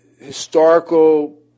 historical